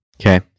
Okay